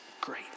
great